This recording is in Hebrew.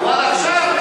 אבל עכשיו,